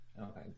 Okay